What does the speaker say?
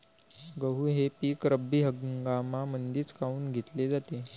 गहू हे पिक रब्बी हंगामामंदीच काऊन घेतले जाते?